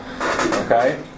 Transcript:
okay